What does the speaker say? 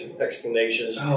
explanations